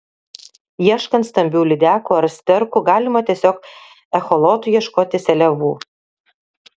ieškant stambių lydekų ar sterkų galima tiesiog echolotu ieškoti seliavų